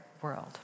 world